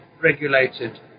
regulated